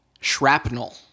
shrapnel